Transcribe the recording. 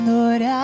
Lord